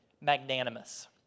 magnanimous